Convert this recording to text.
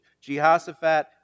Jehoshaphat